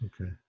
Okay